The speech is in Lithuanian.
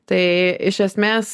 tai iš esmės